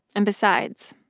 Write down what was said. and besides,